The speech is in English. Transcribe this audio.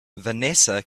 vanessa